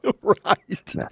Right